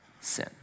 sin